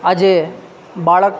આજે બાળક